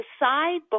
decide